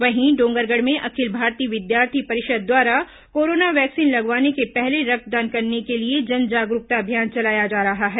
वहीं डोंगरगढ़ में अखिल भारतीय विद्यार्थी परिषद द्वारा कोरोना वैक्सीन लगवाने के पहले रक्तदान करने के लिए जन जागरूकता अभियान चलाया जा रहा है